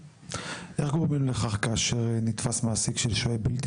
איך גורמים לכך כאשר נתפס מעסיק של שוהה בלתי